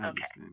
Okay